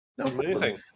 Amazing